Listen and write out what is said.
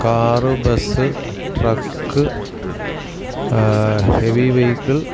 car bus trek heavy vehicle